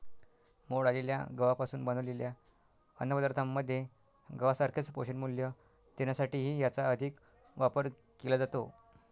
मोड आलेल्या गव्हापासून बनवलेल्या अन्नपदार्थांमध्ये गव्हासारखेच पोषणमूल्य देण्यासाठीही याचा अधिक वापर केला जातो